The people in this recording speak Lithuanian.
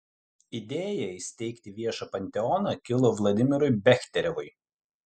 idėja įsteigti viešą panteoną kilo vladimirui bechterevui